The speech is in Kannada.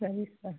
ಸರಿ ಸರ್